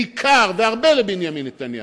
בעיקר והרבה לבנימין נתניהו.